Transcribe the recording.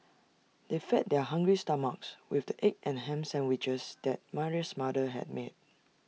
they fed their hungry stomachs with the egg and Ham Sandwiches that Mary's mother had made